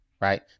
right